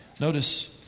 notice